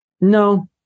No